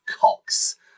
cocks